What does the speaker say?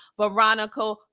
Veronica